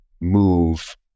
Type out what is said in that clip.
move